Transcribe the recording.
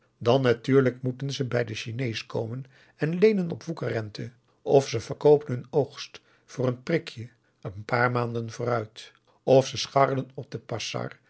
dan natuurlijk moeten ze bij den chinees komen en leenen op woeker rente of ze verkoopen hun oogst voor een prikje een paar maanden vooruit of ze scharrelen op de pasar